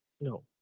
No